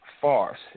farce